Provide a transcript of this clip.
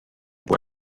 può